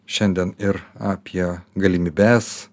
šiandien ir apie galimybes